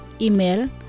Email